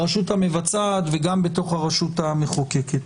ברשות המבצעת וגם בתוך הרשות המחוקקת.